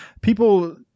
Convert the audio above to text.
People